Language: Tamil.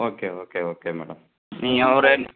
ஓகே ஓகே ஓகே மேடம் நீங்கள் ஒரு